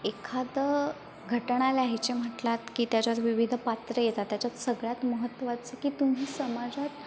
एखादं घटना लिहायची म्हटलात की त्याच्यात विविध पात्रं येतात त्याच्यात सगळ्यात महत्वाचं की तुम्ही समाजात